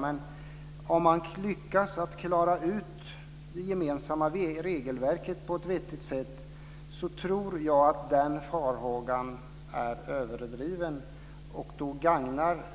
Men om man lyckas att klara ut det gemensamma regelverket på ett vettigt sätt, tror jag att den farhågan är överdriven.